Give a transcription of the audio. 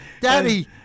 Daddy